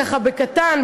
ככה בקטן,